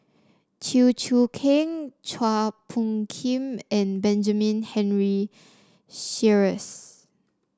Chew Choo Keng Chua Phung Kim and Benjamin Henry Sheares